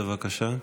בבקשה.